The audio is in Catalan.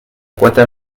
quota